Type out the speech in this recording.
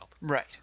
Right